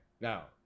now